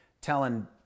telling